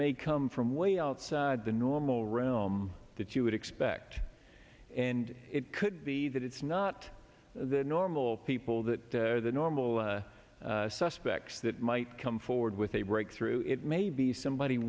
may come from way outside the normal realm that you would expect and it could be that it's not the normal people that are the normal suspects that might come forward with a breakthrough it may be somebody